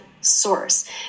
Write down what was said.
source